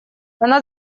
она